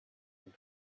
and